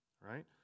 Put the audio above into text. right